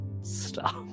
stop